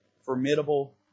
formidable